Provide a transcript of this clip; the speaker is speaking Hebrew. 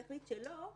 יחליט שלא,